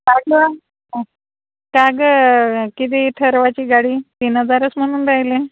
का गं किती ठरवाची गाडी तीन हजारच म्हणून राहिले